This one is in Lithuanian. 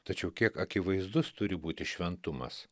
tačiau kiek akivaizdus turi būti šventumas